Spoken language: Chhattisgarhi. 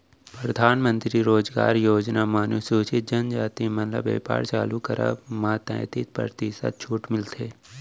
परधानमंतरी रोजगार योजना म अनुसूचित जनजाति मन ल बेपार चालू करब म तैतीस परतिसत छूट मिलथे